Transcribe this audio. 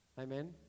Amen